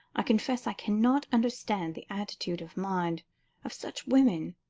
i confess i cannot understand the attitude of mind of such women.